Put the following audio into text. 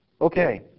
Okay